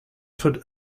put